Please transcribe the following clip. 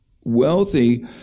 wealthy